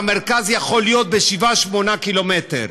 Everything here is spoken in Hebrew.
והמרכז יכול להיות בשבעה-שמונה קילומטרים.